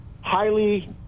highly